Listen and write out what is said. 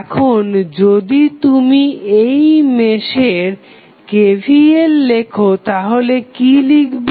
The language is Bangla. এখন যদি তুমি এই মেশের KVL লেখো তাহলে কি লিখবে